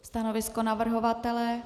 Stanovisko navrhovatele?